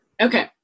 Okay